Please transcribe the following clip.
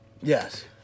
Yes